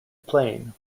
plain